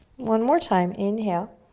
one more time, inhale.